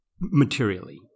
materially